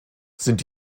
sind